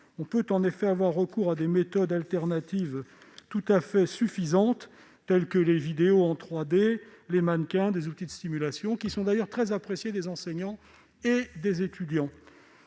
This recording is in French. on peut avoir recours à des méthodes de substitution tout à fait suffisantes, telles que les vidéos en 3D, les mannequins et des outils de simulation, d'ailleurs très appréciés des enseignants et des étudiants.